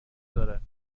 دارد